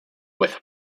with